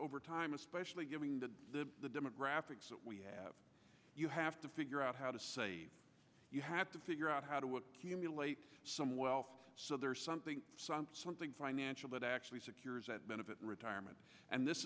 over time especially given the the demographics that we have you have to figure out how to say you have to figure out how to accumulate some well so there's something some something financial that actually secures a benefit retirement and this